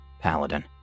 Paladin